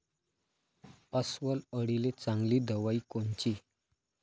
अस्वल अळीले चांगली दवाई कोनची?